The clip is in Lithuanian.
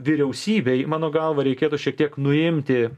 vyriausybei mano galva reikėtų šiek tiek nuimti